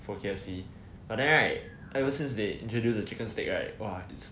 for K_F_C but then right after ever since they introduce the chicken steak right !wah! is